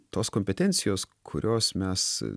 tos kompetencijos kurios mes